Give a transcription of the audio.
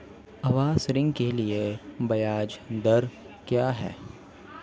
आवास ऋण के लिए ब्याज दर क्या हैं?